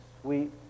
sweet